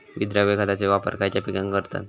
विद्राव्य खताचो वापर खयच्या पिकांका करतत?